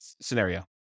scenario